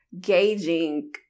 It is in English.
gauging